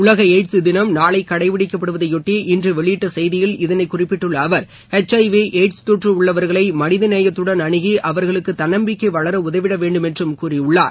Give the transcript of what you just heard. உலக எய்ட்ஸ் தினம் நாளை கடைப்பிடிக்கப்படுவதை பொட்டி இன்று வெளியிட்ட செய்தியில் இதனைக் குறிப்பிட்டுள்ள அவர் ஹெச் ஐ வி எயிட்ஸ் தொற்று உள்ளவர்களை மனித நேயத்துடன் அணுகி அவர்களுக்கு தன்னம்பிக்கை வளர உதவிட வேண்டும் என்றும் கூறியுள்ளார்